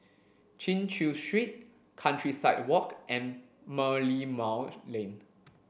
Chin Chew Street Countryside Walk and Merlimau Lane